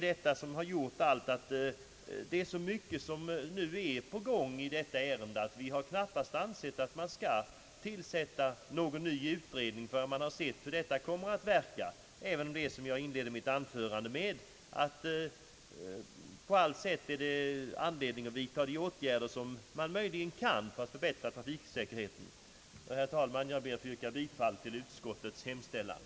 Det är så mycket på gång i detta ärende att vi inte ansett att man skall tillsätta någon ny utredning förrän man har sett hur dessa åtgärder kommer att verka. Även om, som jag sade i inledningen av mitt anförande, det finns anledning att vidta de åtgärder som möj ligen kan vidtas för att förbättra trafiksäkerheten. Herr talman! Jag ber att få yrka bifall till utskottets hemställan.